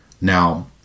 Now